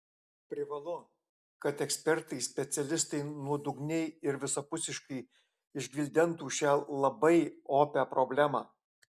privalu kad ekspertai specialistai nuodugniai ir visapusiškai išgvildentų šią labai opią problemą